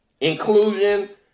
Inclusion